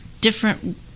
different